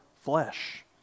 flesh